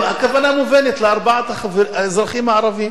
הכוונה מובנת, ארבעת האזרחים הערבים.